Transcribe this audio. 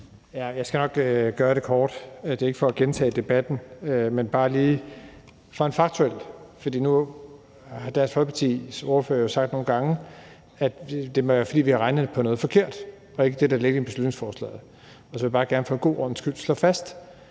Jeg skal nok gøre det kort, for det er ikke for at gentage debatten, men bare lige noget faktuelt. Nu har Dansk Folkepartis ordfører jo nogle gange sagt, at det må være, fordi vi har regnet på noget forkert og ikke det, der ligger i beslutningsforslaget. Jeg vil bare gerne for en god ordens skyld slå fast,